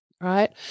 Right